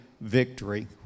victory